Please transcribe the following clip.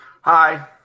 Hi